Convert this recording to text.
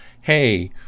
Hey